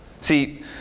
See